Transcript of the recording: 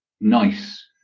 nice